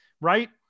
right